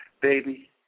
baby